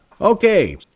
Okay